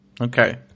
Okay